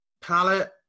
palette